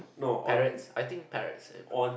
parrots I think parrots